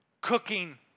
cooking